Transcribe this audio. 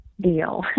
deal